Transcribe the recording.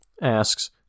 Asks